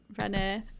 Renee